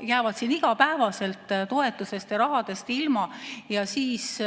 jäävad siin igapäevaselt toetusrahast ilma, aga siis